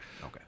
Okay